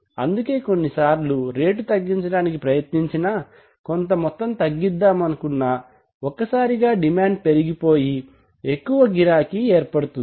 అందుకే కొన్నిసార్లు రేటు తగ్గించడానికి ప్రయత్నించినా కొంత మొత్తం తగ్గిద్దామనుకున్నా ఒక్కసారిగా డిమాండ్ పెరిగిపోయి యెక్కువ గిరాకీ ఏర్పడుతుంది